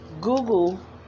Google